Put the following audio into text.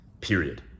period